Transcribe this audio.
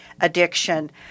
addiction